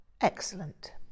Excellent